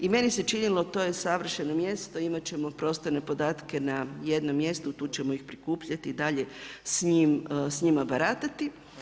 I meni se činilo to je savršeno mjesto i imat ćemo prostorne podatke na jednom mjestu, tu ćemo ih prikupljati i dalje s njima baratati.